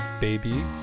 baby